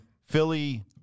Philly